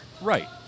Right